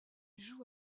joue